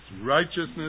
Righteousness